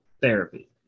therapy